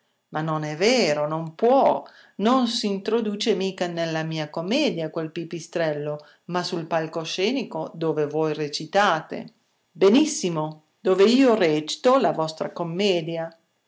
ma non è vero non può non s'introduce mica nella mia commedia quel pipistrello ma sul palcoscenico dove voi recitate benissimo dove io recito la vostra commedia